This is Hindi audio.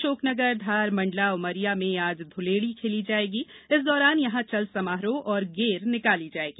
अशोकनगर धार मंडला उमरिया में आज ध्रुलेड़ी खेली जायेगी इस दौरान यहां चल समारोह और गेर निकाली जायेगी